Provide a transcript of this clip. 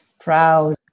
proud